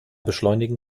beschleunigen